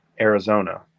Arizona